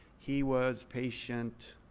he was patient